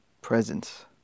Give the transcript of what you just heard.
presence